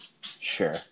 Sure